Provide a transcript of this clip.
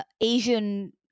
Asian